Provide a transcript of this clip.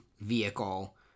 vehicle